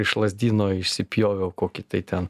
iš lazdyno išsipjoviau kokį tai ten